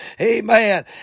Amen